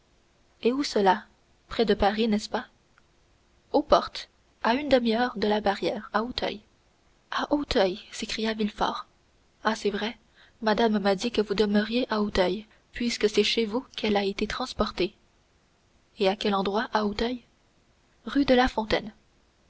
et où cela près de paris n'est-ce pas aux portes à une demi-heure de la barrière à auteuil à auteuil s'écria villefort ah c'est vrai madame m'a dit que vous demeuriez à auteuil puisque c'est chez vous qu'elle a été transportée et à quel endroit d'auteuil rue de la fontaine